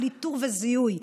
של איתור וזיהוי,